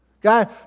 God